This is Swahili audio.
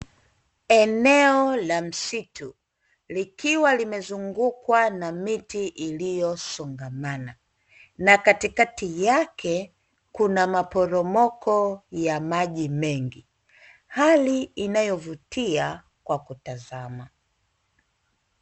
Eneo la msitu likiwa limezungukwa na miti iliyo songamana na katikati yake kuna maporomoko ya maji mengi, hali inayovutia kwa kutazama.